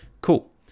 Cool